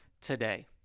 today